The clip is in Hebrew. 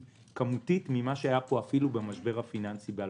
כמותית ממה שהיה פה אפילו במשבר הפיננסי ב-2008.